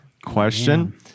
question